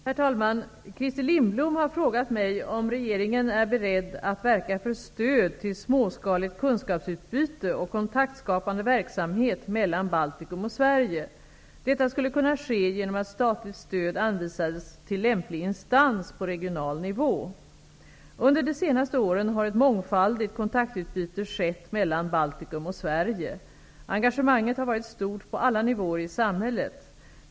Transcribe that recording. Herr talman! Christer Lindblom har frågat mig om regeringen är beredd att verka för stöd till småskaligt kunskapsutbyte och kontaktskapande verksamhet mellan Baltikum och Sverige. Detta skulle kunna ske genom att statligt stöd anvisades till lämplig instans på regional nivå. Under de senaste åren har ett mångfaldigt kontaktutbyte skett mellan Baltikum och Sverige. Engagemanget har varit stort på alla nivåer i samhället.